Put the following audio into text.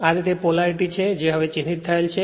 અને આ તે પોલેરિટી છે જે હવે ચિહ્નિત થયેલ છે